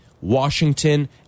Washington